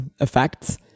effects